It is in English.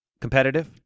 Competitive